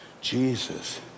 Jesus